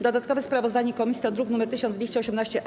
Dodatkowe sprawozdanie komisji to druk nr 1218-A.